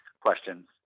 questions